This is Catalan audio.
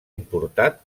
importat